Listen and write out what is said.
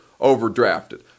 overdrafted